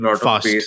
fast